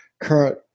current